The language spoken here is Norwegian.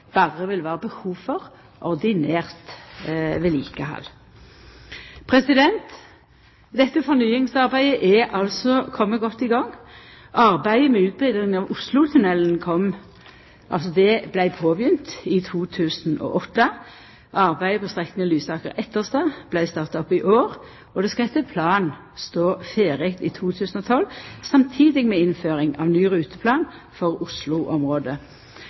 berre vil vera behov for ordinært vedlikehald. Dette fornyingsarbeidet er altså kome godt i gang. Arbeidet med utbetring av Oslotunnelen vart påbegynt i 2008, arbeidet på strekninga Lysaker–Etterstad vart starta opp i år, og det skal etter planen stå ferdig i 2012, samtidig med innføring av ny ruteplan for